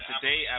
Today